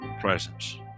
presence